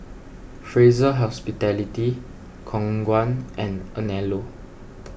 Fraser Hospitality Khong Guan and Anello